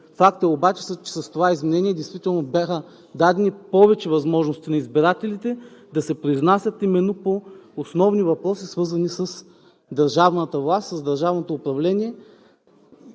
Факт е обаче, че с това изменение действително бяха дадени повече възможности на избирателите да се произнасят по основни въпроси, свързани с държавната власт, с държавното управление